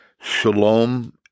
Shalom